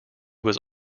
was